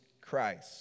Christ